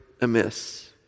amiss